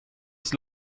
eus